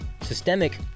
systemic